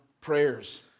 prayers